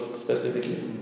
specifically